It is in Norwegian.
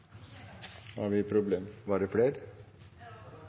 har vi foreløpig et